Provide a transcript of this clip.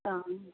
অ